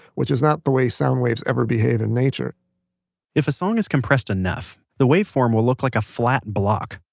which is not the way soundwaves ever behave in nature if a song is compressed enough, the waveform will look like a flat block,